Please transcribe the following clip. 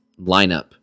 lineup